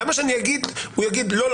למה שהוא יגיד לא,